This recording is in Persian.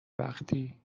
وقتی